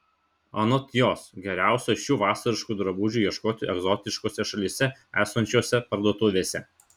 anot jos geriausia šių vasariškų drabužių ieškoti egzotiškose šalyse esančiose parduotuvėse